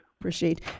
Appreciate